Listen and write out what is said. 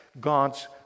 God's